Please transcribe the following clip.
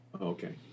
Okay